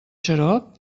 xarop